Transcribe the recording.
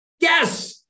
Yes